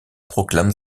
proclame